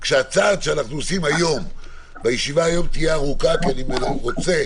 והישיבה היום תהיה ארוכה כי אני רוצה